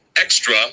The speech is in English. Extra